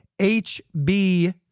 hb